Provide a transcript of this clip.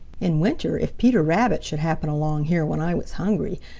in winter, if peter rabbit should happen along here when i was hungry,